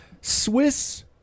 Swiss